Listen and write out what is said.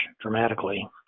dramatically